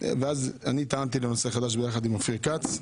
אני טענתי לנושא חדש ביחד עם אופיר כץ,